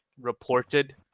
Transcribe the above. reported